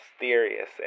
mysterious